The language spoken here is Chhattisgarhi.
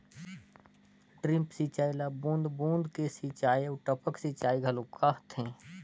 ड्रिप सिंचई ल बूंद बूंद के सिंचई आऊ टपक सिंचई घलो कहथे